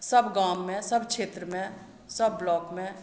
सब गाम मे सब क्षेत्र मे सब ब्लॉक मे